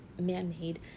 Man-made